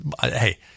Hey